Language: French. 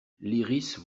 lyrisse